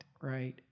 right